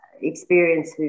experience